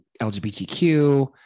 LGBTQ